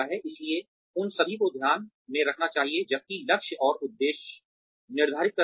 इसलिए उन सभी को ध्यान में रखा जाना चाहिए जबकि लक्ष्य और उद्देश्य निर्धारित करते हैं